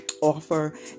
offer